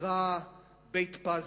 נקרא בית-פזי,